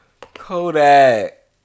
Kodak